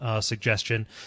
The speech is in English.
suggestion